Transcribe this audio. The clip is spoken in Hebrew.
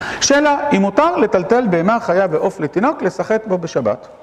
שאלה, אם מותר לטלטל בימי החיה ועוף לתינוק לשחק בו בשבת?